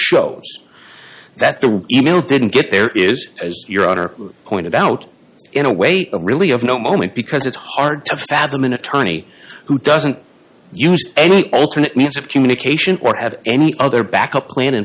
show that the didn't get there is your honor pointed out in a way really of no moment because it's hard to fathom an attorney who doesn't use any alternate means of communication or have any other backup plan in